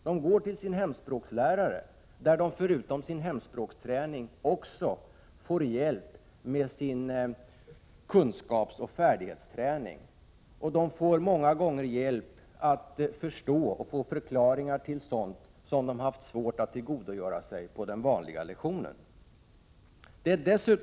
De går till sina hemspråkslärare, där de förutom hemspråksträning också får hjälp med sin kunskapsoch färdighetsträning. De får många gånger hjälp att förstå och få förklaringar till sådant som de har haft svårt att tillgodogöra sig på den vanliga lektionen.